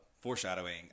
foreshadowing